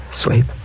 Sleep